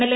LA